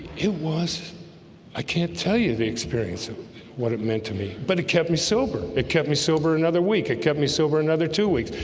it was i can't tell you the experience of what it meant to me but it kept me sober it kept me sober another week. it kept me sober another two weeks.